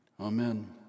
Amen